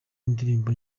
indirimbo